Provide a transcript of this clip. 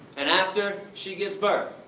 and after she gives birth,